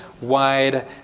Wide